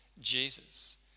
Jesus